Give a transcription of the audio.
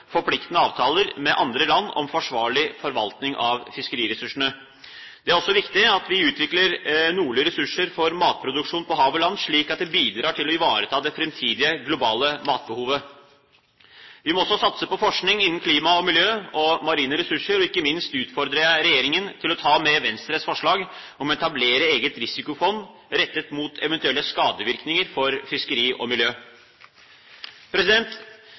forpliktende avtaler med andre land om en forsvarlig forvaltning av fiskeriressursene. Det er også viktig at vi utvikler nordlige ressurser for matproduksjon på hav og land, slik at det bidrar til å ivareta det framtidige globale matbehovet. Vi må også satse på forskning innen klima og miljø og marine ressurser. Ikke minst utfordrer jeg regjeringen til å ta med Venstres forslag om å etablere et eget risikofond rettet mot eventuelle skadevirkninger for fiskeri og miljø.